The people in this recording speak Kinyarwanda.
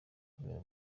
kubera